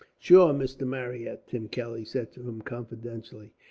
sure, mr. marryat, tim kelly said to him confidentially,